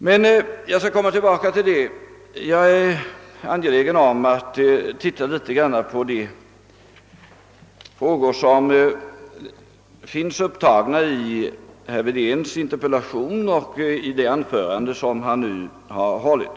Men jag skall återkomma till detta — jag skall endast först beröra de frågor som herr Wedén har tagit upp i sin interpellation och i det anförande som han nu har hållit.